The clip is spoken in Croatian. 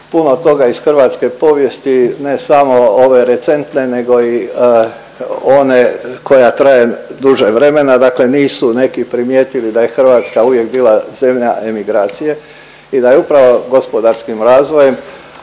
puno toga iz hrvatske povijesti ne samo ove recentne nego i one koja traje duže vremena, dakle nisu neki primijetili da je Hrvatska uvijek bila zemlja emigracije i da je upravo gospodarskim razvojem